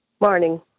Morning